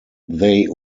they